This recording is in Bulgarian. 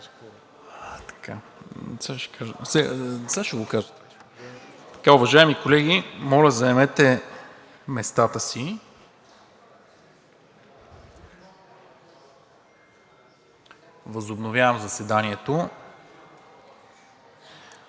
Уважаеми колеги, моля, заемете местата си. Възобновявам заседанието.